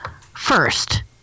First